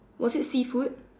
was it seafood